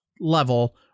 level